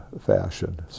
fashion